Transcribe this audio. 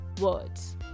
words